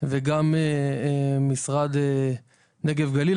ועכשיו גם את משרד הנגב והגליל,